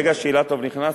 ברגע שאילטוב נכנס,